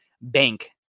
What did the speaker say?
bank